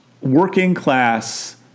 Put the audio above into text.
working-class